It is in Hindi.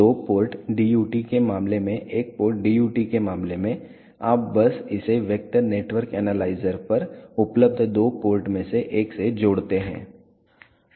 दो पोर्ट DUT के मामले में एक पोर्ट DUT के मामले में आप बस इसे वेक्टर नेटवर्क एनालाइजर पर उपलब्ध दो पोर्ट में से एक से जोड़ते हैं